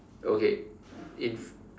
okay in